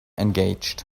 engaged